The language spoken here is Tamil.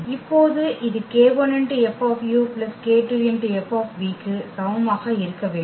இப்போது இது k1F k2F க்கு சமமாக இருக்க வேண்டும்